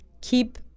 Keep